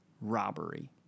robbery